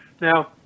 Now